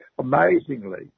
amazingly